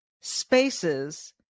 spaces